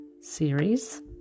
series